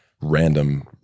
random